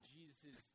Jesus